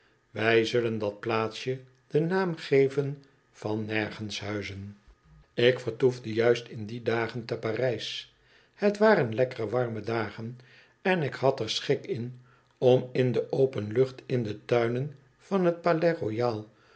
wij zullen dat plaatsje den naam geven van nergenshuizen ik vertoefde juist in die dagen te parijs het waren lekkere warme dagen en ik had er schik in om in de open lucht in de tuinen van het palais royal